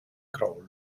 crawl